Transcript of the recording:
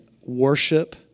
worship